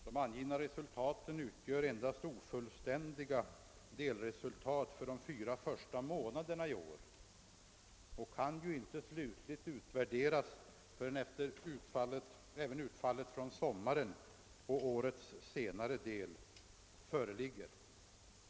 De anförda resultaten utgör endast ofullständiga delresultat för de fyra första månaderna i år och kan inte slutligt utvärderas förrän utfallet av verksamheten under försommaren och årets senare hälft föreligger.